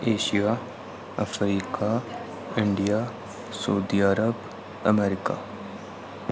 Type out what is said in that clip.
Asia Africa India Saudi Arab America